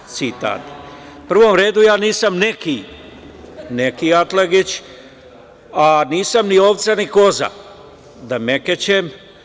U prvom redu, ja nisam neki, neki Atlagić, a nisam ni ovca, ni koza da mekećem.